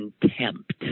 contempt